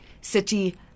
city